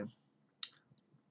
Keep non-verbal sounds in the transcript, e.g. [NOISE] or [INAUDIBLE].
[NOISE]